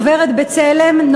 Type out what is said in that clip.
דוברת "בצלם",